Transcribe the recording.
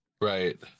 Right